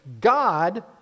God